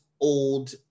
old